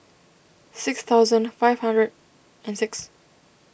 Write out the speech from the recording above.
six thousand five hundred and six